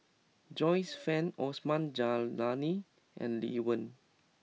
Joyce Fan Osman Zailani and Lee Wen